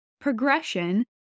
Progression